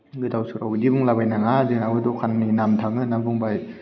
गोदावसोराव बिदि बुंलाबायनो नाङा जोंहाबो दखाननि नाम थाङो होननानै बुंबाय